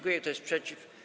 Kto jest przeciw?